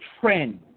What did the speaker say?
trend